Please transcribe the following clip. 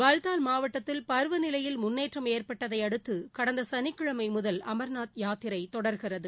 பல்டால் மாவட்டத்தில் பருவநிலையில் முன்னேற்றம் ஏற்பட்டதை அடுத்து கடந்த சனிக்கிழமை முதல் அமா்நாத் யாத்திரை தொடர்கிறது